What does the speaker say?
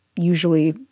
usually